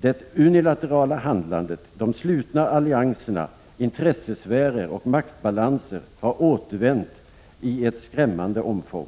Det unilaterala handlandet, de slutna allianserna, intressesfärer och maktbalanser har återvänt i ett skrämmande omfång.